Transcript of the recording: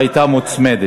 שהייתה מוצמדת.